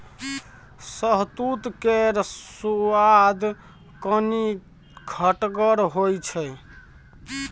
शहतुत केर सुआद कनी खटगर होइ छै